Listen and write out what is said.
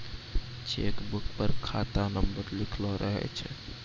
cheque book पर खाता number लिखलो रहै छै